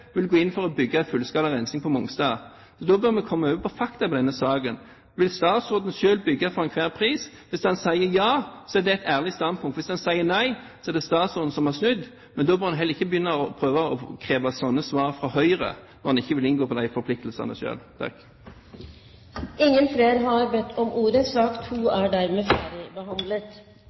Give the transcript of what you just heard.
vil gå inn for å bygge fullskala rensing på Mongstad, og da bør vi komme over til fakta i denne saken: Vil statsråden selv bygge for enhver pris? Hvis han sier ja, er det et ærlig standpunkt. Hvis han sier nei, er det statsråden som har snudd, men når han ikke vil gå inn på de forpliktelsene selv, må han heller ikke kreve slike svar fra Høyre. Flere har ikke